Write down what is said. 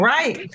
Right